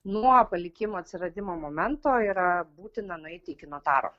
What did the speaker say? nuo palikimo atsiradimo momento yra būtina nueiti iki notaro